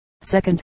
second